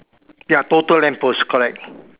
ya total lamp post correct